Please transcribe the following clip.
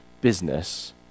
business